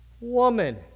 Woman